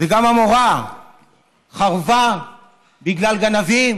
גם עמורה חרבה בגלל גנבים